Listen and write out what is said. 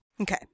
Okay